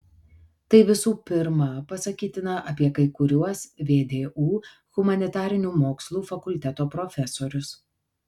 tai visų pirma pasakytina apie kai kuriuos vdu humanitarinių mokslų fakulteto profesorius